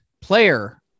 Player